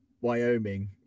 Wyoming